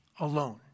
Alone